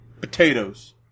potatoes